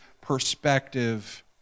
perspective